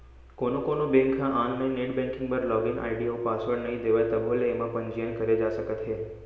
कोनो कोनो बेंक ह आनलाइन नेट बेंकिंग बर लागिन आईडी अउ पासवर्ड नइ देवय तभो ले एमा पंजीयन करे जा सकत हे